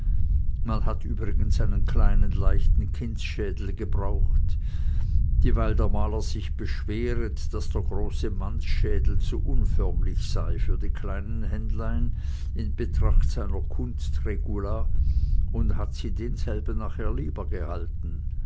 man hat übrigens einen kleinen leichten kindsschedel gebrauchet dieweill der mahler sich beschwehret daß der große mannsschedel zu unförmlich seye für die kleinen händlein in betracht seiner kunst regula und hat sie denselben nachher lieber gehalten